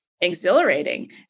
exhilarating